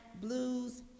blues